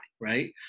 right